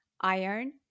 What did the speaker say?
iron